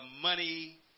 money